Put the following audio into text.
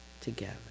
together